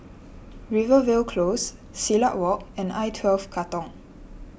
Rivervale Close Silat Walk and I twelve Katong